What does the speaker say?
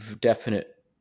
definite